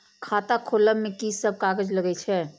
खाता खोलब में की सब कागज लगे छै?